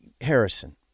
Harrison